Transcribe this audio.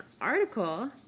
article